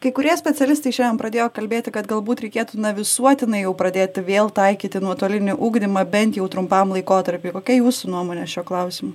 kai kurie specialistai šiandien pradėjo kalbėti kad galbūt reikėtų na visuotinai jau pradėti vėl taikyti nuotolinį ugdymą bent jau trumpam laikotarpiui kokia jūsų nuomonė šiuo klausimu